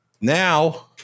now